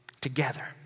together